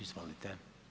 Izvolite.